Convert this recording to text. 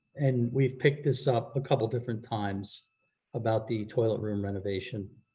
and we've picked this up a couple different times about the toilet room renovation.